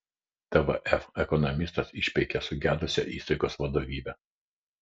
tvf ekonomistas išpeikė sugedusią įstaigos vadovybę